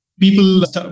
people